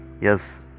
Yes